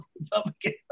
Republican